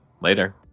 Later